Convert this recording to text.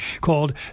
called